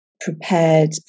prepared